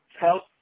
help